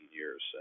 years